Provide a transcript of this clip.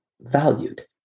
valued